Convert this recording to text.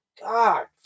god